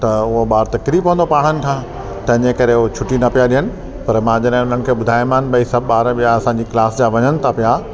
त उहो ॿार त किरी पवंदो पहाड़नि खां तंहिंजे करे उहे छुट्टी न पिया ॾियण पर मां जॾहिं हुननि खे ॿुधायोमान भाई सभु ॿार विया असांजी क्लास जा वञनि था पिया